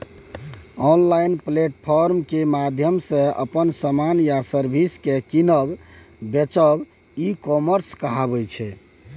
online platform केर माध्यमसँ अपन समान या सर्विस केँ कीनब बेचब ई कामर्स कहाबै छै